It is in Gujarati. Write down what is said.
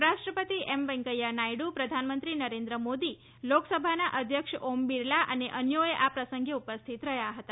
ઉપરાષ્ટ્રપતિ એમ વૈકૈયા નાયડ઼ પ્રધાનમંત્રી નરેન્મ મોદી લાકસભાના અધ્યક્ષ ઓમ બિરલા અને અન્યો આ પ્રસંગે ઉપસ્થિત રહ્યા હતા